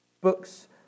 books